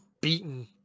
beaten